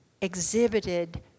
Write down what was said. exhibited